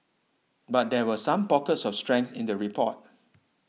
but there were some pockets of strength in the report